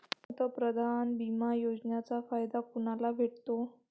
पंतप्रधान बिमा योजनेचा फायदा कुनाले भेटतो?